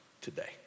today